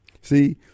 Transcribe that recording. See